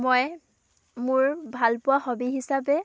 মই মোৰ ভাল পোৱা হবী হিচাপে